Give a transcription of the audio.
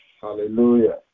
Hallelujah